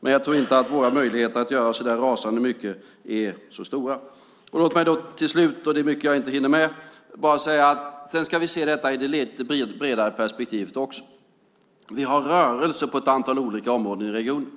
Jag tror dock inte att våra möjligheter att göra så rasande mycket är så stora. Det är mycket jag inte hinner med, men låt mig till slut bara säga att vi ska se detta även i ett bredare perspektiv. Vi har rörelser på ett antal olika områden i regionen.